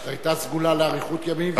זו היתה סגולה לאריכות ימים.